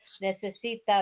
¿Necesita